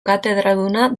katedraduna